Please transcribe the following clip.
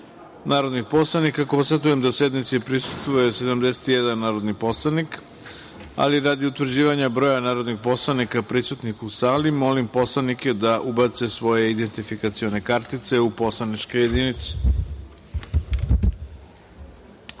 narodnih poslanika, konstatujem da sednici prisustvuje 71 narodni poslanik. Radi utvrđivanja broja narodnih poslanika prisutnih u sali, molim poslanike da ubace svoje identifikacione kartice u poslaničke